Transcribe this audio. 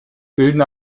bilden